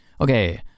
Okay